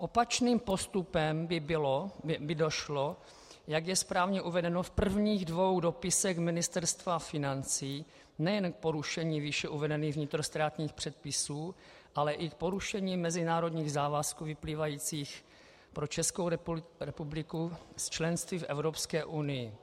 Opačným postupem by došlo, jak je správně uvedeno v prvních dvou dopisech Ministerstva financí, nejen k porušení výše uvedených vnitrostátních předpisů, ale i k porušení mezinárodních závazků vyplývajících pro Českou republiku z členství v Evropské unii.